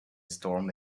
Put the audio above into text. storm